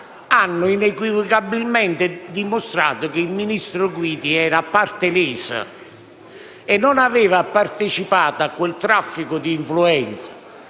hanno inequivocabilmente dimostrato che il ministro Guidi era parte lesa e non aveva partecipato a quel traffico di influenza.